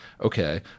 okay